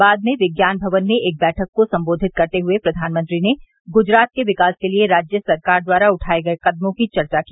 बाद में विज्ञान भवन में एक बैठक को सम्बोधित करते हए प्रधानमंत्री ने गुजरात के विकास के लिए राज्य सरकार द्वारा उठाये गये कदमों की चर्चा की